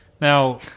Now